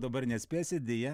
dabar neatspėsi deja